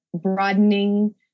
broadening